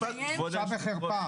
בושה וחרפה.